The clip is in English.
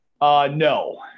No